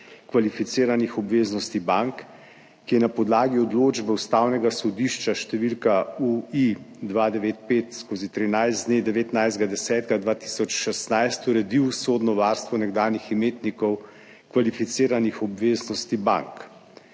kvalificiranih obveznosti bank, ki je na podlagi odločbe Ustavnega sodišča številka U-I-295/13 dne 19. 10. 2016 uredil sodno varstvo nekdanjih imetnikov kvalificiranih obveznosti bank.